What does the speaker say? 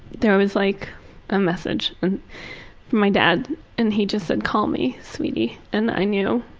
there was like a message from my dad and he just said, call me sweetie. and i knew.